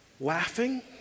laughing